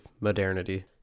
modernity